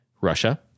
Russia